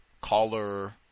caller